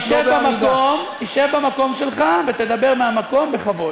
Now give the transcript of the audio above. תשב במקום, תשב במקום שלך ותדבר מהמקום בכבוד.